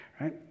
right